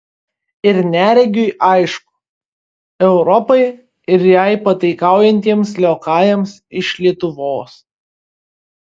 ir neregiui aišku europai ir jai pataikaujantiems liokajams iš lietuvos